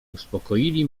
uspokoili